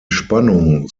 spannung